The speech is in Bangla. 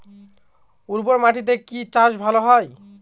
উর্বর মাটিতে কি চাষ ভালো হয়?